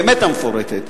הבאמת מפורטת,